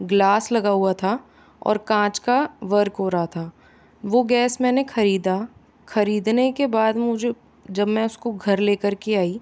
glass लगा हुआ था और काँच का वर्क हो रहा था वो गैस मैंने ख़रीदा खरीदने के बाद मुझे जब मैं उसको घर लेकर के आई